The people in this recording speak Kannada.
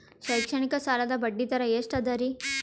ಶೈಕ್ಷಣಿಕ ಸಾಲದ ಬಡ್ಡಿ ದರ ಎಷ್ಟು ಅದರಿ?